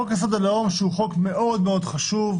חוק יסוד הלאום, שהוא חוק מאוד מאוד חשוב,